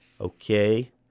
okay